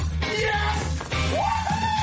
Yes